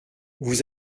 vous